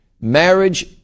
Marriage